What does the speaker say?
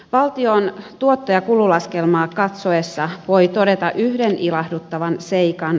valtion tuotto ja kululaskelmaa katsoessa voi todeta yhden ilahduttavan seikan